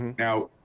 now,